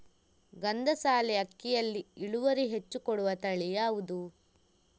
ಗಂಧಸಾಲೆ ಅಕ್ಕಿಯಲ್ಲಿ ಇಳುವರಿ ಹೆಚ್ಚು ಕೊಡುವ ತಳಿ ಯಾವುದು?